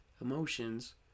emotions